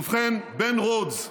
ובכן, בן רודס,